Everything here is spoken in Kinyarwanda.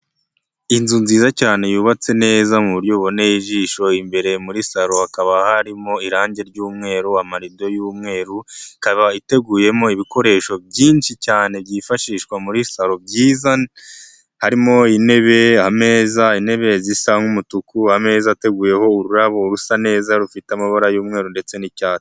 Inzu nziza cyane yubatse neza mu buryo buboneye ijisho. Imbere muri salo hakaba harimo irangi ry'umweru amarido y'umweru. Ikaba iteguyemo ibikoresho byinshi cyane byifashishwa muri salo byiza. Harimo: intebe, ameza, intebe zisa nk'umutuku, ameza ateguyeho ururabo rusa neza. Rufite amabara y'umweru ndetse n'icyatsi.